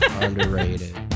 Underrated